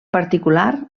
particular